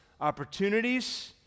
opportunities